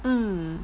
mm